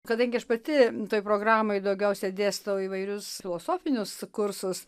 kadangi aš pati toj programoj daugiausia dėstau įvairius filosofinius kursus